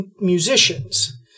musicians